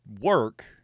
work